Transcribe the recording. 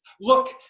Look